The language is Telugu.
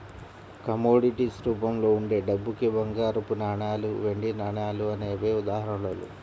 కమోడిటీస్ రూపంలో ఉండే డబ్బుకి బంగారపు నాణాలు, వెండి నాణాలు అనేవే ఉదాహరణలు